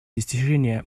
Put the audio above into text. достижения